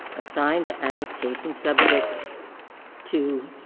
a signed attestation subject to